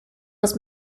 was